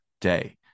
day